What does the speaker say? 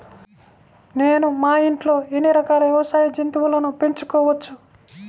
నేను మా ఇంట్లో ఎన్ని రకాల వ్యవసాయ జంతువులను పెంచుకోవచ్చు?